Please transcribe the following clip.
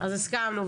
אז הזכרנו.